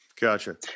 Gotcha